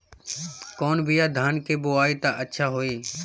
कौन बिया धान के बोआई त अच्छा होई?